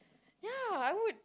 ya I would